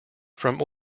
from